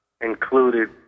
included